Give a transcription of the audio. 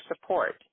support